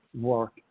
work